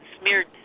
smeared